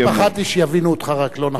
אני פחדתי רק שיבינו אותך לא נכון.